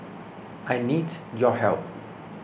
I need your help